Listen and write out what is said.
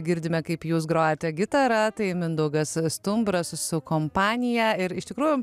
girdime kaip jūs grojate gitara tai mindaugas stumbras su kompanija ir iš tikrųjų